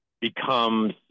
becomes